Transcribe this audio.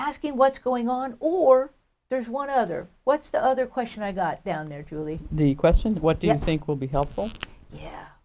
asking what's going on or there's one other what's the other question i got down there julie the question what do you think will be helpful yeah